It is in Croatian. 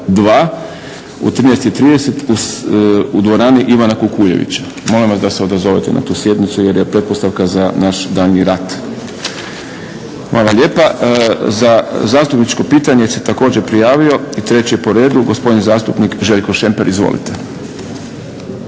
u 13,30 u dvorani Ivana Kukuljevića. Molim vas da se odazovete na tu sjednicu jer je pretpostavka za naš daljnji rad. Hvala lijepa. Za zastupničko pitanje se također prijavio i treći po redu gospodin zastupnik Željko Šemper. Izvolite.